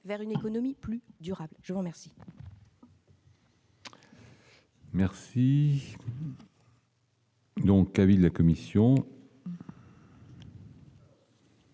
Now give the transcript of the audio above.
vers une économie plus durable, je vous remercie. Merci. Donc, avis de la commission.